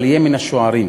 אבל יהיה מן השוערים.